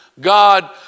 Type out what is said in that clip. God